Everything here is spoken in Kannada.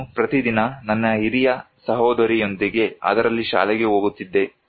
ನಾನು ಪ್ರತಿದಿನ ನನ್ನ ಹಿರಿಯ ಸಹೋದರಿಯೊಂದಿಗೆ ಅದರಲ್ಲಿ ಶಾಲೆಗೆ ಹೋಗುತ್ತಿದ್ದೆ